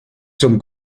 zum